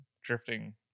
drifting